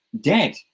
dead